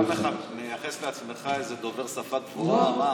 אתה מייחס לעצמך, איזה דובר שפה גבוהה?